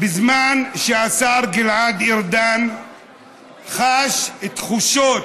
בזמן שהשר גלעד ארדן חש תחושות,